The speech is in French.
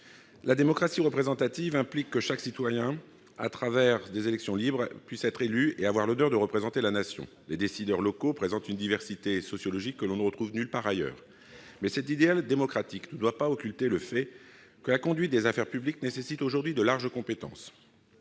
La démocratie représentative implique que chaque citoyen puisse, à l'occasion d'élections libres, être élu et avoir l'honneur de représenter la Nation. Les décideurs locaux présentent une diversité sociologique que l'on ne retrouve nulle part ailleurs. Cet idéal démocratique ne doit cependant pas occulter le fait que la conduite des affaires publiques nécessite aujourd'hui de larges compétences.